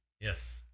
Yes